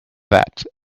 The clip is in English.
that